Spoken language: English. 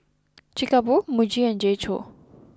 Chic A Boo Muji and J co